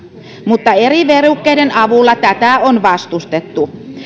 mutta eri verukkeiden avulla tätä on vastustettu